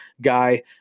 guy